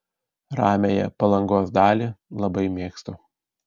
ramiąją palangos dalį labai mėgstu